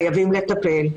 חייבים לטפל.